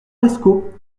lescot